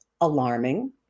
alarming